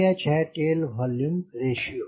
VH है volume ratio